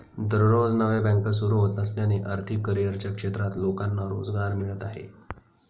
दररोज नव्या बँका सुरू होत असल्याने आर्थिक करिअरच्या क्षेत्रात लोकांना रोजगार मिळत आहे